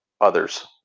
others